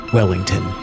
Wellington